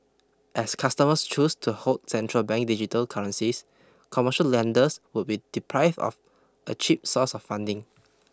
as customers choose to hold central bank digital currencies commercial lenders would be deprived of a cheap source of funding